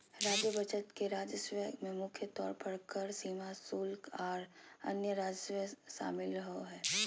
राज्य बजट के राजस्व में मुख्य तौर पर कर, सीमा शुल्क, आर अन्य राजस्व शामिल रहो हय